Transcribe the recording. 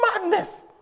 madness